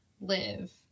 live